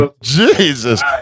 Jesus